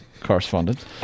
correspondent